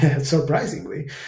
Surprisingly